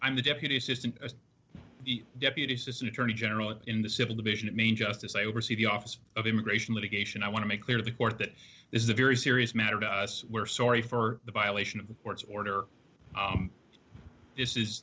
i'm the deputy assistant as deputy assistant attorney general in the civil division at main justice i oversee the office of immigration litigation i want to make clear to the court that this is a very serious matter to us we're sorry for the violation of the court's order this is